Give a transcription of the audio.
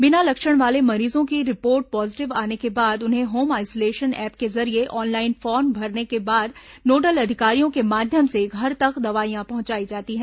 बिना लक्षण वाले मरीजों की रिपोर्ट पॉजीटिव आने को बाद उन्हें होम आइसोलेशन ऐप के जरिये ऑनलाइन फॉर्म भरने के बाद नोडल अधिकारियों के माध्यम से घर तक दवाइयां पहुंचाई जाती है